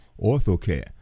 OrthoCare